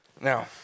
Now